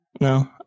no